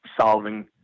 solving